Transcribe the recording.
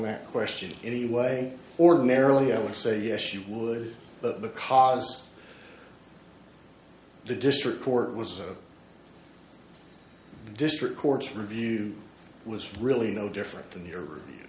that question anyway ordinarily i would say yes you were the cause the district court was the district courts review it was really no different than your re